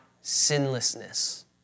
sinlessness